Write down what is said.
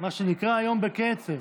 מה שנקרא, היום בקצב.